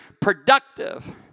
productive